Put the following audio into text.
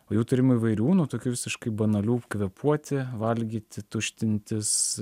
o jų turim įvairių nu tokių visiškai banalių kvėpuoti valgyti tuštintis